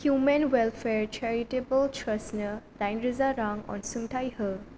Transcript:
human welfare charitable ट्रास्टनो दाइनरोजा रां अनसुंथाइ हो